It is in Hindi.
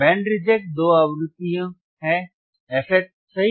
बैंड रिजेक्ट दो आवृत्तियों है fH सही